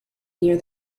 near